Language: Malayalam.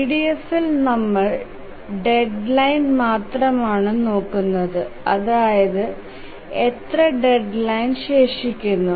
EDFൽ നമ്മൾ ഡെഡ്ലൈൻ മാത്രമാണ് നോക്കുന്നത് അതായത് എത്ര ഡെഡ്ലൈൻ ശേഷിക്കുന്നു